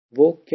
वह क्या है